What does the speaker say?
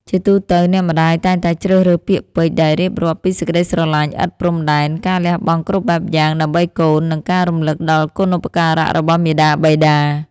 ជាទូទៅ អ្នកម្ដាយតែងតែជ្រើសរើសពាក្យពេចន៍ដែលរៀបរាប់ពីសេចក្តីស្រឡាញ់ឥតព្រំដែន ការលះបង់គ្រប់បែបយ៉ាងដើម្បីកូន និងការរំលឹកដល់គុណូបការៈរបស់មាតាបិតា។